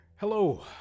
Hello